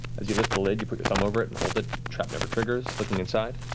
as you lift the lid, you put your thumb over it and hold it, trap never triggers. looking inside,